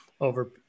over